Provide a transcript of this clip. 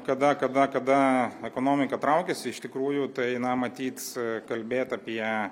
kada kada kada ekonomika traukiasi iš tikrųjų tai na matyt kalbėt apie